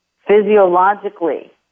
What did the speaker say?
physiologically